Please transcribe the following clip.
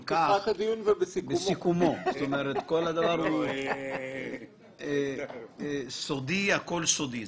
העובדה שלא קם בנק משמעותי בישראל